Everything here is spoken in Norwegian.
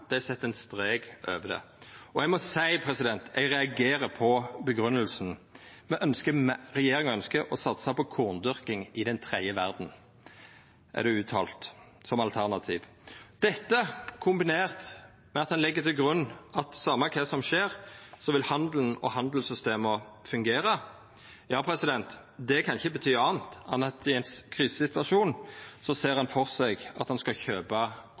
ein strek over det. Og eg må seia at eg reagerer på grunngjevinga: Regjeringa ønskjer å satsa på korndyrking i den tredje verda som alternativ, vert det uttalt – kombinert med at ein legg til grunn at same kva som skjer, vil handelen og handelssystema fungera. Det kan ikkje bety anna enn at i ein krisesituasjon ser ein føre seg at ein skal kjøpa